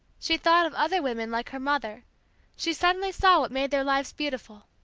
she thought of other women like her mother she suddenly saw what made their lives beautiful.